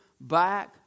back